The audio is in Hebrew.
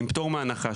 עם פטור מהנחה,